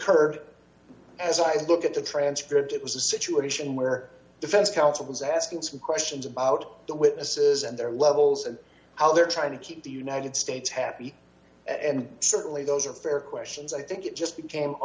said look at the transcript it was a situation where defense counsel was asking some questions about the witnesses and their levels and how they're trying to keep the united states happy and certainly those are fair questions i think it just became a